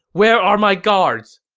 where are my guards!